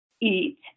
eat